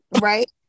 Right